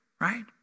right